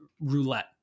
roulette